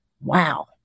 Wow